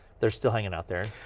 they're still hanging out there.